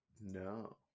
No